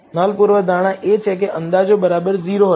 null પૂર્વધારણા એ છે કે અંદાજો 0 હશે